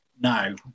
no